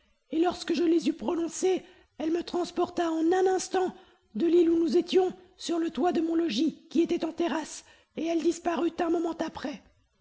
et lorsque je les eus prononcées elle me transporta en un instant de l'île où nous étions sur le toit de mon logis qui était en terrasse et elle disparut un moment après